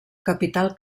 capital